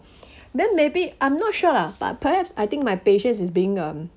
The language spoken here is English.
then maybe I'm not sure lah but perhaps I think my patience is being um